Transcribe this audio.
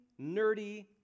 nerdy